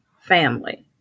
family